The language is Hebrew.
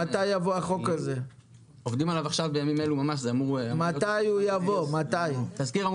עודדה, בואי, אנא,